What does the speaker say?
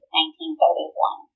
1931